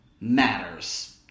matters